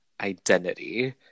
identity